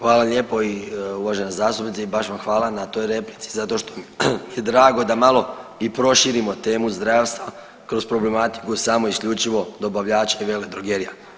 Hvala lijepo uvažena zastupnice i baš vam hvala na toj replici zato što mi je drago da malo i proširimo temu zdravstva kroz problematiku i samo isključivo dobavljača i veledrogerija.